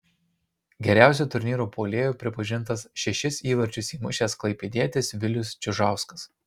geriausiu turnyro puolėju pripažintas šešis įvarčius įmušęs klaipėdietis vilius čiužauskas